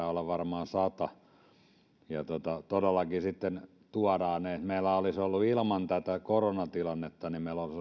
olla varmaan sata ja ne todellakin tuodaan meillä olisi ollut ilman tätä koronatilannetta